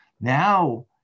Now